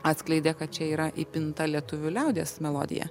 atskleidė kad čia yra įpinta lietuvių liaudies melodija